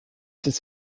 des